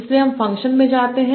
इसलिए हम फंक्शन में जाते हैं